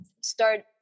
start